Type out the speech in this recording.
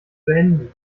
beenden